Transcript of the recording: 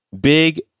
Big